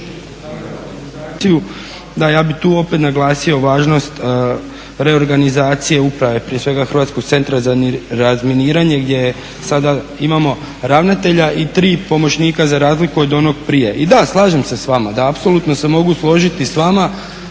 da ja bih opet naglasio važnost reorganizacije uprave, prije svega Hrvatskog centra za razminiranje gdje sada imamo ravnatelja i tri pomoćnika za razliku od onog prije. I da, slažem se sa vama, da apsolutno se mogu složiti s vama